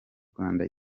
rwanda